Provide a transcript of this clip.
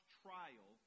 trial